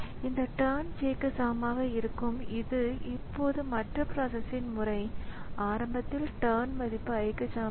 எனவே இந்த டீமன்கள் தொடங்குவது init செயல்முறையால் செய்யப்படுகிறது பின்னர் அது முழுமையாக துவக்கப்படும்